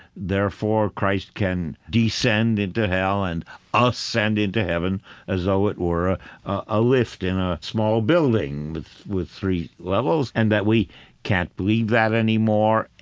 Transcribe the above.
therefore, christ can descend into here and ah ascend into heaven as though it were a lift in a small building with with three levels, and that we can't believe that anymore,